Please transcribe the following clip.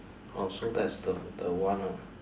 orh so that's the the one nah